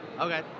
Okay